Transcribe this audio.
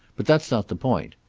but that's not the point.